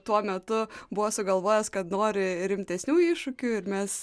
tuo metu buvo sugalvojęs kad nori rimtesnių iššūkių ir mes